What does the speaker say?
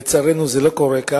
לצערנו זה לא כך,